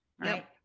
right